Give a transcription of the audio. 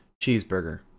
Cheeseburger